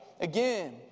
Again